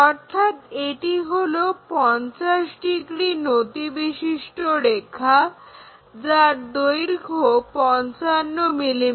অর্থাৎ এটি হলো 50 ডিগ্রি নতিবিশিষ্ট রেখা যার দৈর্ঘ্য 55 mm